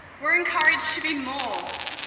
were encouraged to be more